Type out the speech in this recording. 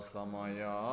Samaya